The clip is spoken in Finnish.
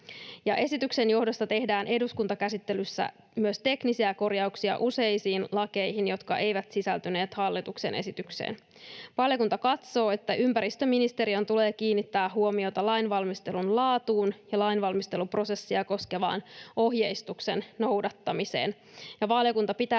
esityksen johdosta tehdään eduskuntakäsittelyssä myös teknisiä korjauksia useisiin lakeihin, jotka eivät sisältyneet hallituksen esitykseen. Valiokunta katsoo, että ympäristöministeriön tulee kiinnittää huomiota lainvalmistelun laatuun ja lainvalmisteluprosessia koskevan ohjeistuksen noudattamiseen,